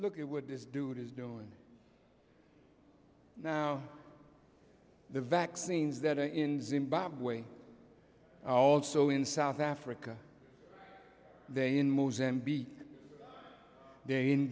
look at what this dude is doing now the vaccines that are in zimbabwe also in south africa they in mozambique they in